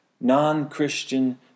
non-Christian